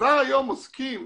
כבר היום עוסקים